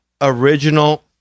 original